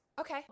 okay